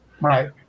Right